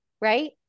right